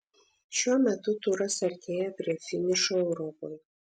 šiuo metu turas artėja prie finišo europoje